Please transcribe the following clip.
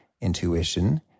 intuition